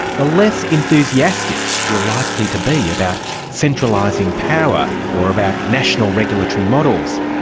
the less enthusiastic you're likely to be about centralising power, or about national regulatory models.